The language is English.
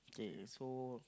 okay so